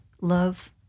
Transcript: love